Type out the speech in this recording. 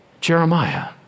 Jeremiah